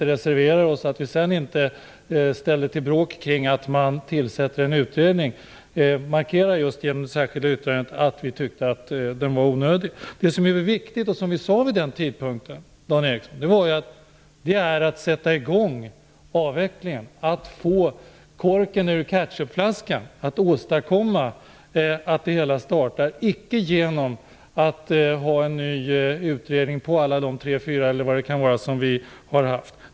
Vi reserverade oss inte och ställde inte till bråk om att man tillsatte en utredning, utan vi markerade just i det särskilda yttrande att vi tyckte att den var onödig. Det som är viktigt, som vi också sade vid den tidpunkten, är att sätta i gång avvecklingen, att få korken ur ketchupflaskan, icke genom att tillsätta en ny utredning utöver de tre fyra utredningar som vi har haft.